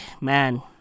man